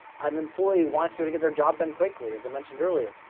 an employee wants you to get their job done quickly, as i mentioned earlier,